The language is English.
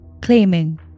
claiming